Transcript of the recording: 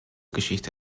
geschichte